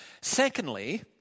Secondly